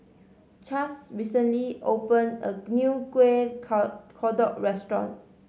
Chaz recently opened a new kueh ko kodok restaurant